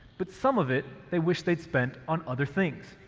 but some of it they wish they'd spent on other things.